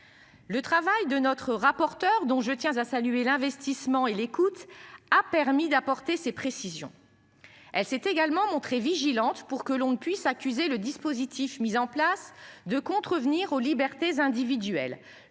Le travail de notre rapporteure dont je tiens à saluer l'investissement et l'écoute a permis d'apporter ces précisions. Elle s'est également montrée vigilante pour que l'on ne puisse accuser le dispositif mis en place, de contrevenir aux libertés individuelles.